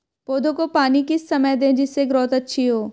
पौधे को पानी किस समय दें जिससे ग्रोथ अच्छी हो?